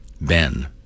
Ben